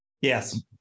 Yes